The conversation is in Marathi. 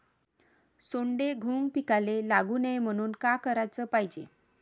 सोंडे, घुंग पिकाले लागू नये म्हनून का कराच पायजे?